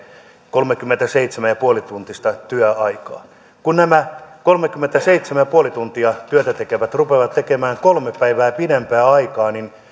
kolmekymmentäseitsemän pilkku viisi tuntista työaikaa kun nämä kolmekymmentäseitsemän pilkku viisi tuntia työtä tekevät rupeavat tekemään kolme päivää pidempää aikaa niin